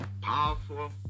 powerful